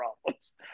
problems